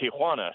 Tijuana